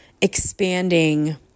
expanding